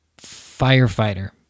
firefighter